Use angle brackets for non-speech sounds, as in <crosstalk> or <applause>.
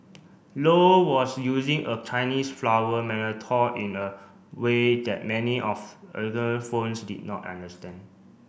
low was using a Chinese flower <unintelligible> in a way that many of <unintelligible> did not understand